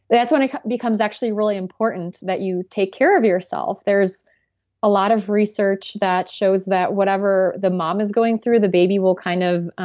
that's when it becomes actually really important that you take care of yourself. there's a lot of research that shows that whatever the mom is going through, the baby will kind of